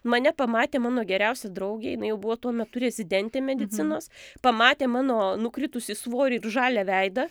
mane pamatė mano geriausia draugė jinai jau buvo tuo metu rezidentė medicinos pamatė mano nukritusį svorį ir žalią veidą